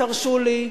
תרשו לי,